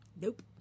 Nope